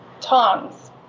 Tongs